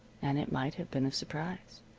and it might have been of surprise.